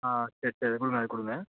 ஆ சரி சரி கொடுங்க அது கொடுங்க